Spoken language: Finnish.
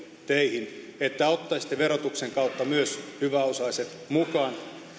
teihin että ottaisitte verotuksen kautta myös hyväosaiset mukaan